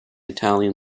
italian